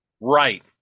Right